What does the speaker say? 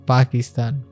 Pakistan